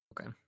Okay